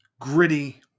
gritty